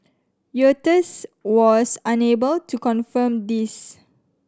Reuters was unable to confirm this